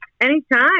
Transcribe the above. anytime